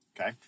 Okay